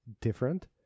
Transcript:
different